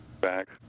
back